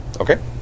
Okay